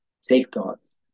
safeguards